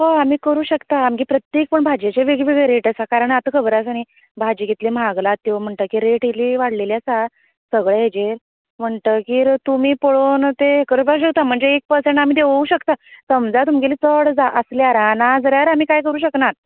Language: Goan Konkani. हय आमी करूंक शकता आमगे प्रत्येक पूण भाजयेचे वेगळी वेगळी रेट आसा कारण आता खबर आसा न्ही भाजी कितली महागल्या त्यो म्हणजे रेट इल्ली वाडलेली आसा सगळे हेजेर म्हणटगीर तुमी पळोवन ते करपा शकता म्हणजे एक परसेंट आमी देववूंक शकता समजा तुमगेली चड आसल्यार हा नाजाल्यार आमी कांय करूंक शकनात